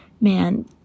man